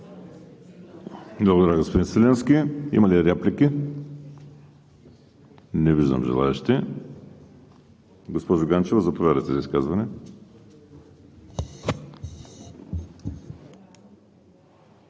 Благодаря, господин Свиленски. Има ли реплики? Не виждам желаещи. Госпожо Ганчева, заповядайте за изказване.